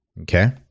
Okay